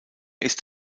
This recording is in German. ist